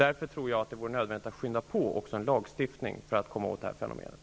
Därför tror jag att det är nödvändigt att skynda på en lagstiftning för att komma åt det här fenomenet.